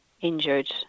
injured